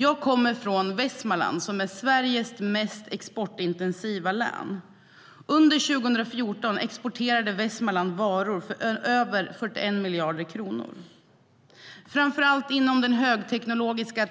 Jag kommer från Västmanland, som är Sveriges mest exportintensiva län. Under 2014 exporterade Västmanland varor för över 41 miljarder kronor framför allt inom den högteknologiska